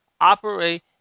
operate